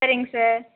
சரிங்க சார்